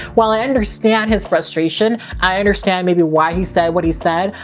while i understand his frustration, i understand maybe why he said what he said,